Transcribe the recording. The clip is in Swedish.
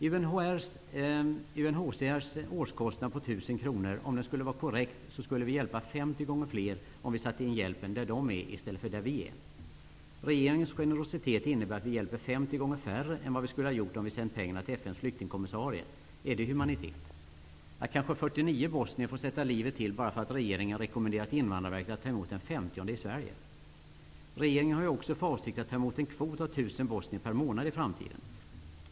Om UNHCR:s årskostnad på 1 000 kr skulle vara korrekt så skulle vi hjälpa 50 gånger fler om vi satte in hjälpen där de är i stället för där vi är. Regeringens generositet innebär att vi hjälper 50 gånger färre än vad vi skulle ha gjort om vi sänt pengarna till FN:s flyktingkommissarie. Är det humanitet att kanske 49 bosnier får sätta livet till bara för att regeringen rekommenderat Invandrarverket att ta emot den femtionde i Sverige? Regeringen har ju också för avsikt att ta emot en kvot av 1 000 bosnier per månad i framtiden.